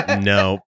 No